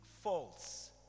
false